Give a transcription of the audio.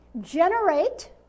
generate